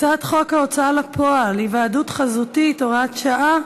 הצעת חוק ההוצאה לפועל (היוועדות חזותית) (הוראת שעה),